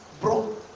bro